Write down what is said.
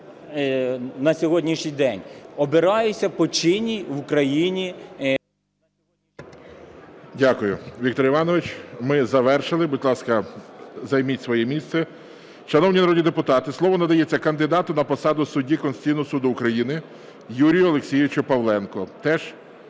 на сьогоднішній день обираюся по чинній в Україні…